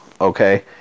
okay